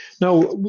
Now